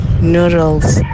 noodles